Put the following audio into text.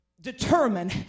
determine